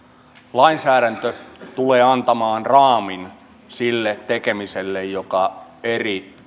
lainsäädäntö tulee antamaan raamin sille tekemiselle joka eri